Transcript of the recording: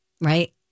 right